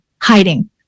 hiding